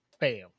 Bam